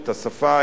את השפה,